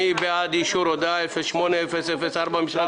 מי בעד אישור הודעה 08-004 של משרד